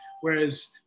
whereas